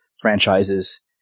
franchises